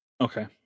Okay